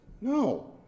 No